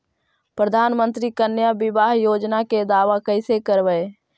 प्रधानमंत्री कन्या बिबाह योजना के दाबा कैसे करबै?